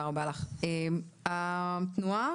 התנועה